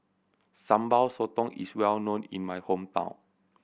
Sambal Sotong is well known in my hometown